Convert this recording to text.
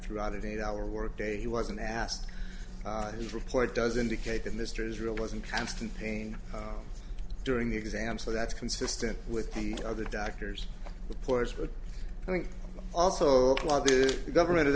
through out of eight hour work day he wasn't asked the report does indicate that mr israel was in constant pain during the exam so that's consistent with other doctor's reports but i think also the government